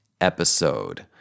episode